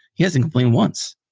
he hasn't complained once.